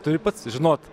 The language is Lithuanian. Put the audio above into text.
turi pats žinot